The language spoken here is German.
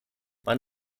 man